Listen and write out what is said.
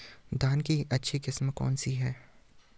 धान की अच्छी किस्म कौन सी है?